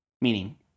meaning